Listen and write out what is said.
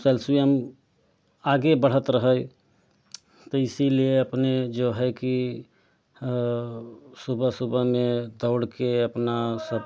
आगे बढ़त रहे तो इसीलिए अपनी जो है कि सुबह सुबह मैं दौड़ के अपना सब